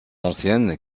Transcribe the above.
anciennes